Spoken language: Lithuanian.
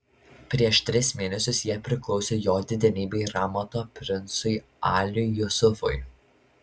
prieš tris mėnesius jie priklausė jo didenybei ramato princui aliui jusufui